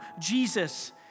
Jesus